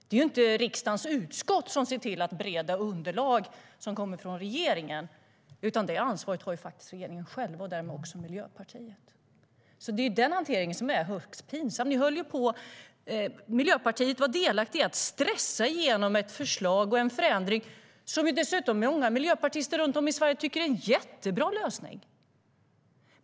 Det är ju inte riksdagens utskott som ser till att bereda underlag som kommer från regeringen, utan det ansvaret har faktiskt regeringen själv och därmed också Miljöpartiet.Det är den hanteringen som är högst pinsam. Miljöpartiet var delaktigt i att stressa igenom ett förslag och en förändring - dessutom tycker många miljöpartister runt om i Sverige att det är en jättebra lösning.